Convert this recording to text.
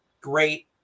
great